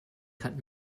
cut